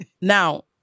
Now